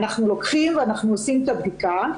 אנחנו לוקחים ואנחנו עושים את הבדיקה.